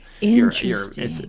Interesting